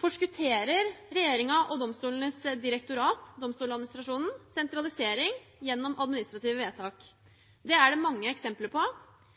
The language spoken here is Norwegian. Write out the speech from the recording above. forskutterer regjeringen og domstolenes direktorat, Domstoladministrasjonen, sentralisering gjennom administrative vedtak. Det er det mange eksempler på: